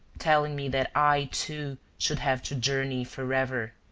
telling me that i, too, should have to journey forever,